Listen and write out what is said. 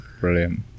Brilliant